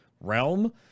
realm